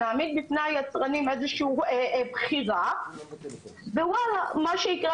נעמיד בפני היצרנים איזושהי בחירה ומה שיקרה